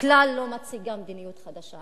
כלל לא מציגה מדיניות חדשה.